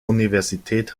universität